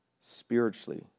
spiritually